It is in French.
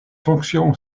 fonction